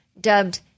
dubbed